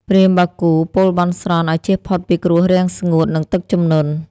ព្រាហ្មណ៍បាគូពោលបន់ស្រន់ឱ្យចៀសផុតពីគ្រោះរាំងស្ងួត និងទឹកជំនន់។